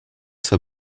zur